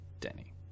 denny